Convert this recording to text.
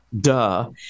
Duh